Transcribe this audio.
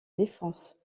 défense